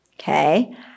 okay